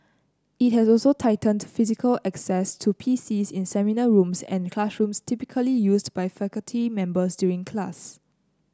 it has also tightened physical access to PCs in seminar rooms and classrooms typically used by faculty members during class